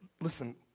listen